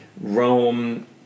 Rome